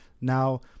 Now